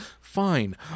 fine